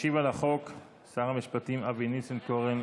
ישיב על החוק שר המשפטים אבי ניסנקורן.